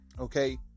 Okay